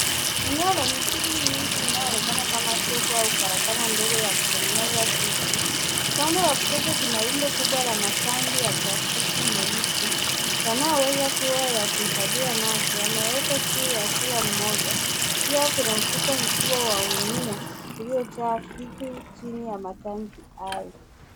Eneo lenye shughuli nyingi linaloonekana kama soko au karakana ndogo ya kutengeneza vitu. Upande wa kushoto kuna rundo kubwa la matanki ya plastiki meusi yanayoweza kuwa ya kuhifadhia maji. Yamewekwa juu ya kila mmoja. Pia kuna mfuko mkubwa wa gunia uliojaa vitu chini ya matanki hayo.